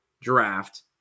draft